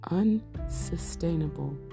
unsustainable